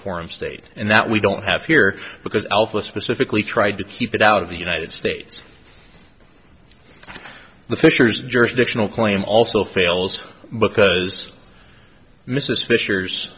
form state and that we don't have here because alpha specifically tried to keep it out of the united states the fishers jurisdictional claim also fails because mrs fisher